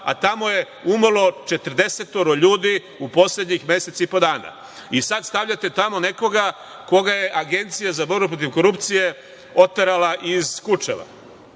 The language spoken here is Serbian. a tamo je umrlo 40 ljudi u poslednjih meseci i po dana? Sada stavljate tamo nekoga koga je Agencija za borbu protiv korupcije oterala iz Kučeva.S